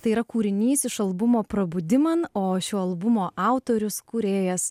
tai yra kūrinys iš albumo prabudiman o šio albumo autorius kūrėjas